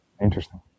Interesting